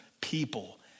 people